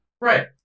Right